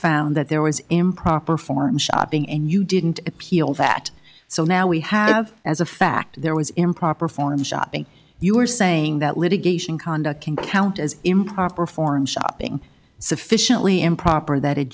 found that there was improper form shopping and you didn't appeal that so now we have as a fact there was improper form shopping you are saying that litigation conduct can count as improper form shopping sufficiently improper that